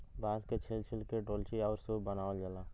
बांस के छील छील के डोल्ची आउर सूप बनावल जाला